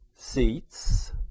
seats